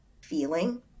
feeling